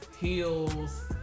heels